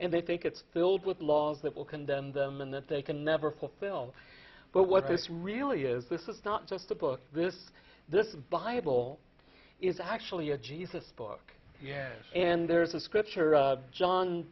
and they think it's filled with laws that will condemn them and that they can never will but what this really is this is not just a book this this bible is actually a jesus book and there is a scripture john